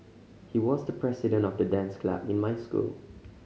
he was the president of the dance club in my school